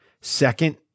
second